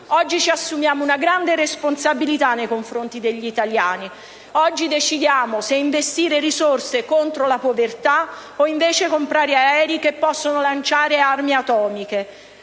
Oggi ci assumiamo una grande responsabilità nei confronti degli italiani: oggi decidiamo se investire risorse contro la povertà o se invece comprare aerei che possono lanciare armi atomiche.